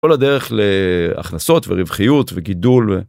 כל הדרך להכנסות ורווחיות וגידול.